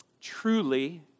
Truly